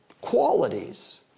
qualities